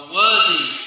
worthy